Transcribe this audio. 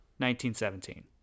1917